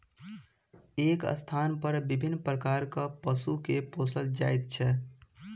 एक स्थानपर विभिन्न प्रकारक पशु के पोसल जाइत छै